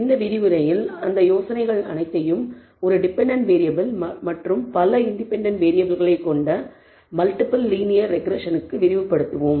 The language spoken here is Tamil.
இந்த விரிவுரையில் இந்த யோசனைகள் அனைத்தையும் ஒரு டிபெண்டன்ட் வேறியபிள் மற்றும் பல இண்டிபெண்டன்ட் வேறியபிள்களை கொண்ட மல்டிபிள் லீனியர் ரெக்ரெஸ்ஸனுக்கு விரிவுபடுத்துவோம்